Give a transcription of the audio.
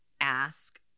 ask